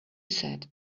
said